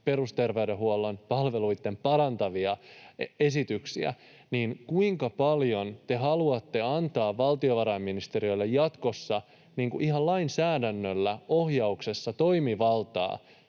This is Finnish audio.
perusterveydenhuollon palveluita parantavia asioita. Kuinka paljon te haluatte antaa valtiovarainministeriölle jatkossa ihan lainsäädännöllä ohjauksessa toimivaltaa